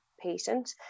patient